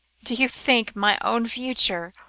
do you think my own future,